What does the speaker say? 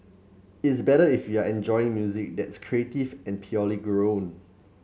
it's better if you're enjoying music that's creative and purely grown